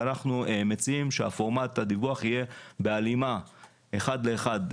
ואנחנו מציעים שפורמט הדיווח יהיה בהלימה אחד לאחד,